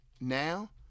now